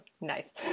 Nice